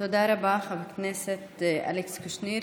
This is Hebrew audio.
תודה רבה, חבר הכנסת אלכס קושניר.